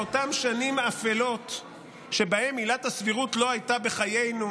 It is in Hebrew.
באותן שנים אפלות שבהן עילת הסבירות לא הייתה בחיינו,